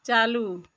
चालू